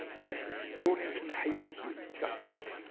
and rawlinson hated his guts.